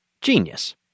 Genius